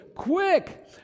Quick